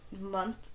month